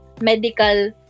medical